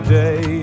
day